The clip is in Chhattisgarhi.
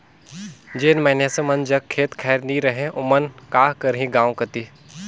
जेन मइनसे मन जग खेत खाएर नी रहें ओमन का करहीं गाँव कती